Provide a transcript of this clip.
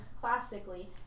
classically